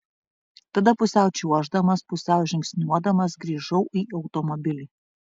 tada pusiau čiuoždamas pusiau žingsniuodamas grįžau į automobilį